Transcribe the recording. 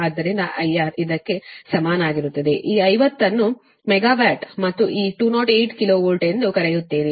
ಆದ್ದರಿಂದ IR ಇದಕ್ಕೆ ಸಮನಾಗಿರುತ್ತದೆ ಈ 50 ಅನ್ನು ಮೆಗಾವ್ಯಾಟ್ ಮತ್ತು ಈ 208 ಕಿಲೋ ವೋಲ್ಟ್ ಎಂದು ಕರೆಯುತ್ತೀರಿ